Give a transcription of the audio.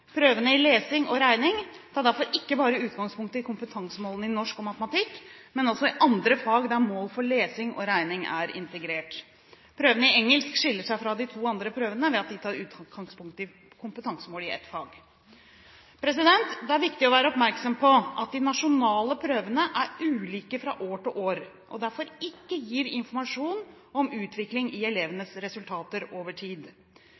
Prøvene i lesing og regning tar derfor ikke bare utgangspunkt i kompetansemålene i norsk og matematikk, men også i andre fag der mål for lesing og regning er integrert. Prøvene i engelsk skiller seg fra de to andre prøvene ved at de tar utgangspunkt i kompetansemål i ett fag. Det er viktig å være oppmerksom på at de nasjonale prøvene er ulike fra år til år og derfor ikke gir informasjon om utvikling i elevenes resultater over tid.